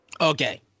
Okay